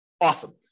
Awesome